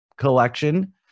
Collection